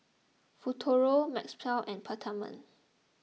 Futuro Mepilex and Peptamen